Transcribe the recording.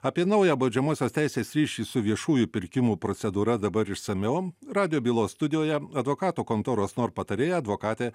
apie naują baudžiamosios teisės ryšį su viešųjų pirkimų procedūra dabar išsamiau radijo bylos studijoje advokatų kontoros nor patarėja advokatė